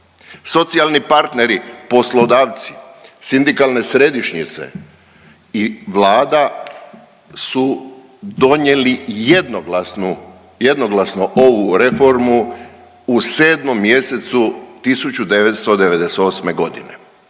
socijalni partneri, poslodavci, sindikalne središnjice i Vlada su donijeli jednoglasnu, jednoglasno ovu reformu u 7. mjesecu 1998.g..